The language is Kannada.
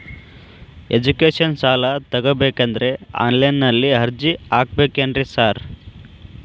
ಎಜುಕೇಷನ್ ಸಾಲ ತಗಬೇಕಂದ್ರೆ ಆನ್ಲೈನ್ ನಲ್ಲಿ ಅರ್ಜಿ ಹಾಕ್ಬೇಕೇನ್ರಿ ಸಾರ್?